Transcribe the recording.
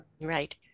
Right